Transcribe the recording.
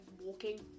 walking